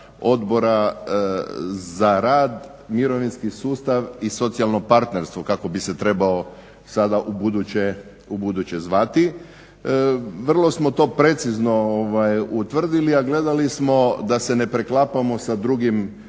Odbora za rad, mirovinski sustav i socijalno partnerstvo, kako bi se trebao sada ubuduće zvati. Vrlo smo to precizno utvrdili, a gledali smo da se ne preklapamo sa drugim